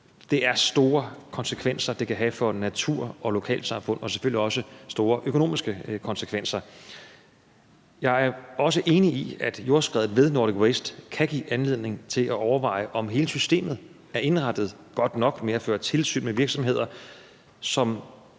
Det er store konsekvenser, det kan have for natur og lokalsamfund, og selvfølgelig også store økonomiske konsekvenser. Jeg er også enig i, at jordskreddet ved Nordic Waste kan give anledning til at overveje, om hele systemet er indrettet godt nok i forhold til at føre tilsyn med virksomheder, som